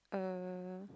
uh